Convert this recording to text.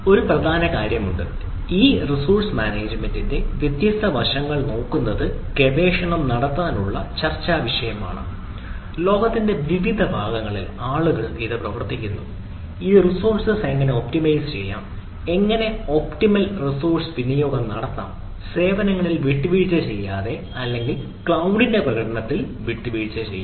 ഒരു പ്രധാന കാര്യമുണ്ട് ഈ റിസോഴ്സ് മാനേജ്മെൻറ് വ്യത്യസ്ത വശങ്ങൾ നോക്കുന്നത് ഗവേഷണം നടത്താനുള്ള ചർച്ചാവിഷയമാണ് ലോകത്തിന്റെ വിവിധ ഭാഗങ്ങളിൽ ആളുകൾ ഇത് പ്രവർത്തിക്കുന്നു ഈ റിസോഴ്സ് എങ്ങനെ ഒപ്റ്റിമൈസ് ചെയ്യാം എങ്ങനെ ഒപ്റ്റിമൽ റിസോഴ്സ് വിനിയോഗം നടത്താം സേവനങ്ങളിൽ വിട്ടുവീഴ്ച ചെയ്യാതെ അല്ലെങ്കിൽ ക്ലൌഡിന്റെ പ്രകടനത്തിൽ വിട്ടുവീഴ്ച ചെയ്യാതെ